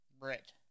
Brett